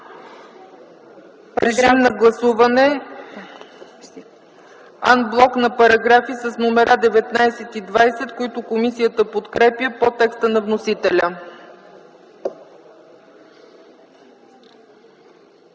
ЦАЧЕВА: Гласуваме ан блок параграфи с номера 19 и 20, които комисията подкрепя по текста на вносителя.